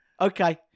okay